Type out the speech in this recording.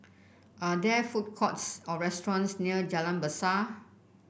are there food courts or restaurants near Jalan Besar